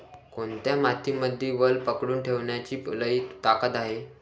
कोनत्या मातीमंदी वल पकडून ठेवण्याची लई ताकद हाये?